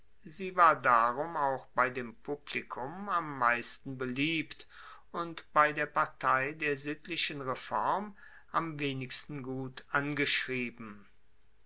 sie war darum auch bei dem publikum am meisten beliebt und bei der partei der sittlichen reform am wenigsten gut angeschrieben